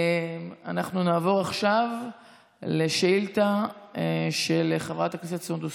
אנחנו נעבור עכשיו לשאילתה של חברת הכנסת סונדוס